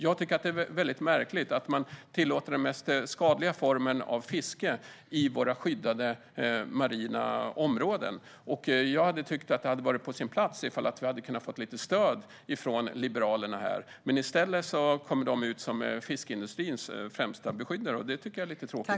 Jag tycker att det är mycket märkligt att man tillåter den mest skadliga formen av fiske i våra skyddade marina områden. Det skulle ha varit på sin plats om vi hade kunnat få lite stöd från Liberalerna här. Men i stället kommer de ut som fiskeindustrins främsta beskyddare. Det tycker jag är lite tråkigt.